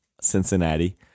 Cincinnati